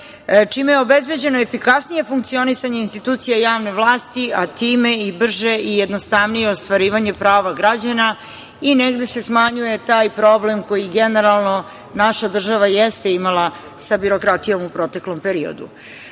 čime je obezbeđeno efikasnije funkcionisanje institucija javne vlasti, a time brže i jednostavnije ostvarivanje prava građana i negde se smanjuje taj problem koji generalno naša država i jeste imala sa birokratijom u proteklom periodu. Ovi